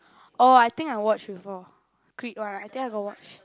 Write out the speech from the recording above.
orh I think I watch before Creed one I think I got watch